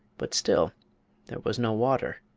but still there was no water.